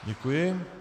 Děkuji.